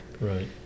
Right